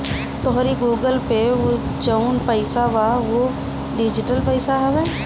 तोहरी Google Pay में जवन पईसा बा उ डिजिटल पईसा हवे